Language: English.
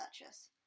purchase